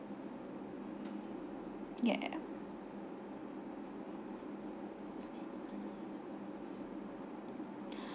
yeah